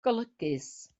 golygus